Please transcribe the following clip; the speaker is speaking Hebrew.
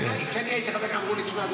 כשאני הייתי חבר אמרו לי: שמע,